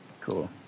Cool